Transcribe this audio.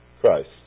Christ